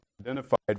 identified